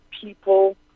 people